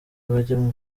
bajya